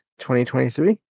2023